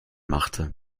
machte